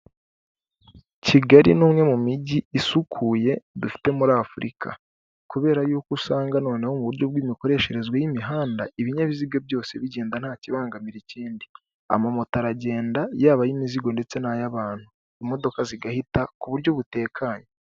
Kigali ni umwe mu mijyi isukuye dufite muri Afurika, kubera yuko usanga noneho mu buryo bw'imikoresherezwe y'imihanda ibinyabiziga byose bigenda nta kibangamira ikindi, amamoto aragenda yaba ay'imizigo ndetse n'ay'abantu, imodoka zigahita ku buryo butekanye.